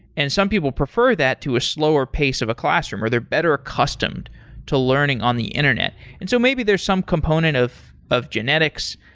and some people prefer that to a slower pace of a classroom, or they're better accustomed to learning on the internet. and so maybe there's some component of of genetics.